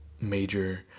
major